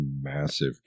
massive